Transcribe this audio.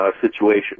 situation